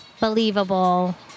Believable